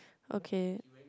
okay